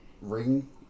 ring